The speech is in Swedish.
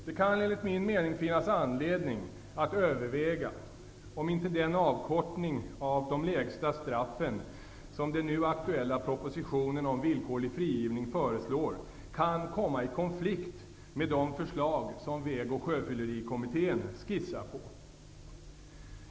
Det kan enligt min mening finnas anledning att överväga om inte den avkortning av de lägsta straffen som den nu aktuella propositionen om villkorlig frigivning föreslår kan komma i konflikt med de förslag som Väg och sjöfyllerikommittén skissar på.